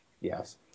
Yes